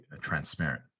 transparent